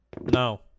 no